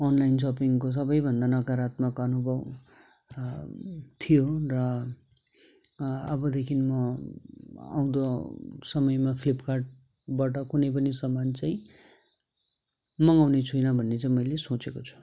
online सपिङको सबैभन्दा नकारात्मक अनुभव थियो र अबदेखि म आउँदो समयमा फ्लिपकार्टबाट कुनै पनि सामान चाहिँ मगाउने छुइनँ भन्ने चाहिँ मैले सोचेको छु